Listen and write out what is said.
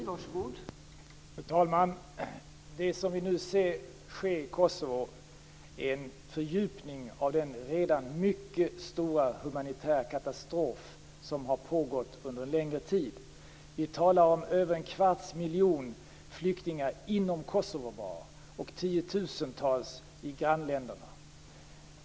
Fru talman! Det vi nu ser ske i Kosovo är en fördjupning av den redan mycket stora humanitära katastrof som pågått under en längre tid. Vi talar om över en kvarts miljon flyktingar bara inom Kosovo och tiotusentals i grannländerna.